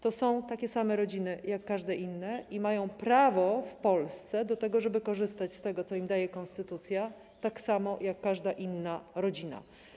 To są takie same rodziny jak każde inne i mają prawo w Polsce do tego, żeby korzystać z tego, co im daje konstytucja, tak samo jak każda inna rodzina.